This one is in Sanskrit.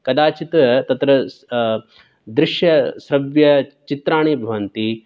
कदाचित् तत्र दृश्यश्रव्यचित्राणि भवन्ति